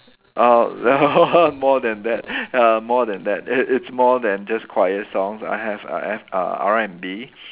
ah more than that ya more than that it it's more than just choir songs I have I have uh R&B